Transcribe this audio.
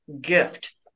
gift